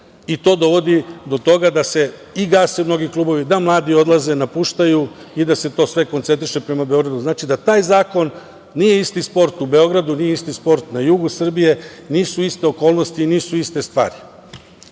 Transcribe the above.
i to dovodi do toga da se i gase mnogi klubovi, da mladi odlaze, napuštaju i da se to sve koncentriše prema Beogradu. Znači, da taj zakon, nije isti sport u Beogradu, nije isti sport na jugu Srbije, nisu iste okolnosti i nisu iste stvari. Voleo